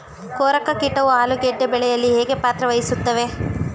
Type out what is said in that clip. ಕೊರಕ ಕೀಟವು ಆಲೂಗೆಡ್ಡೆ ಬೆಳೆಯಲ್ಲಿ ಹೇಗೆ ಪಾತ್ರ ವಹಿಸುತ್ತವೆ?